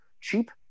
cheap